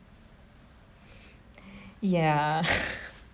ya